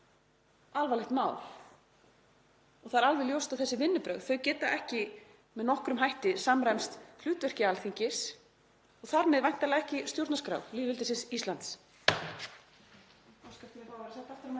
alvarlegt mál. Það er alveg ljóst að þessi vinnubrögð geta ekki með nokkrum hætti samræmst hlutverki Alþingis og þar með væntanlega ekki stjórnarskrá lýðveldisins Íslands.